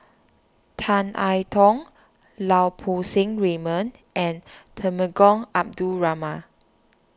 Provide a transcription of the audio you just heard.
Tan I Tong Lau Poo Seng Raymond and Temenggong Abdul Rahman